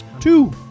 Two